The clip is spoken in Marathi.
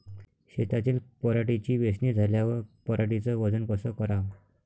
शेतातील पराटीची वेचनी झाल्यावर पराटीचं वजन कस कराव?